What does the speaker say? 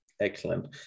Excellent